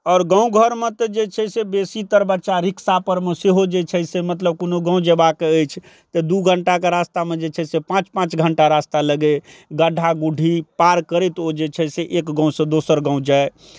आओर गाँव घरमे तऽ जे छै से बेशीतर बच्चा रिक्शापर मे सेहो जे छै से मतलब कोनो गाँव जयबाक अछि तऽ दू घंटाके रास्तामे जे छै से पाँच पाँच घंटा रास्ता लगय गड्ढा गुड्ढी पार करैत ओ जे छै से एक गाँवसँ दोसर गाँव जाय